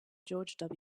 george